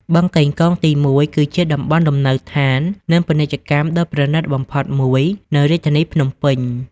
បឹងកេងកងទី១ គឺជាតំបន់លំនៅឋាន និងពាណិជ្ជកម្មដ៏ប្រណិតបំផុតមួយនៅរាជធានីភ្នំពេញ។